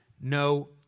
No